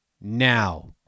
now